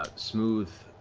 ah smooth,